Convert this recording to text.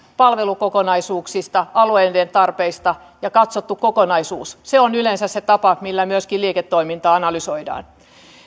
palvelukokonaisuuksista ja alueiden tarpeista ja katsottu kokonaisuus se on yleensä se tapa millä myöskin liiketoimintaa analysoidaan